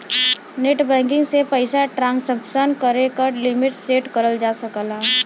net banking से पइसा transaction करे क लिमिट सेट करल जा सकला